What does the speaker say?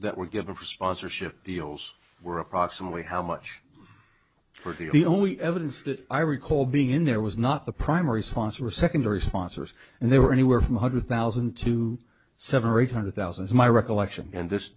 that were given for sponsorship deals were approximately how much for the only evidence that i recall being in there was not the primary sponsor or secondary sponsors and they were anywhere from one hundred thousand to seven or eight hundred thousand and my recollection and this